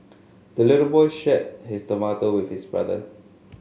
the little boy shared his tomato with his brother